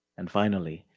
and finally,